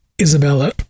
Isabella